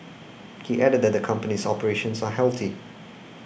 he added that the company's operations are healthy